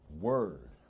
word